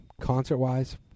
concert-wise